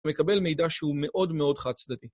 מקבל מידע שהוא מאוד מאוד חד צדדי.